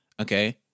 Okay